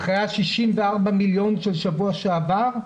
אחרי ה-64 מיליון של שבוע שעבר,